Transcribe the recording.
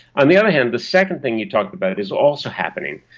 on the other hand, the second thing you talked about is also happening.